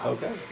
Okay